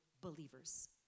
believers